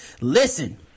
listen